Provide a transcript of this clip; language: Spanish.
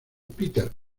peter